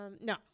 no